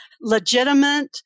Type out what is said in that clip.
legitimate